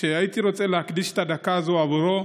והייתי רוצה להקדיש את הדקה הזאת עבורו.